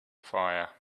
fire